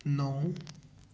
ਨੌ